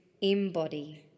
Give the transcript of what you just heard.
embody